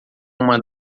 uma